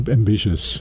ambitious